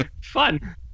fun